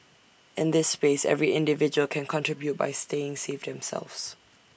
in this space every individual can contribute by staying safe themselves